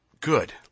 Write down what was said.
good